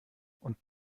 und